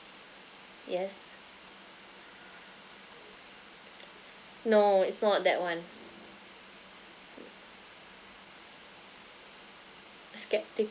yes no it's not that one skeptical